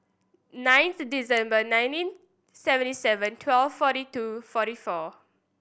ninth December nineteen seventy seven twelve forty two forty four